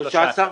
יש 13?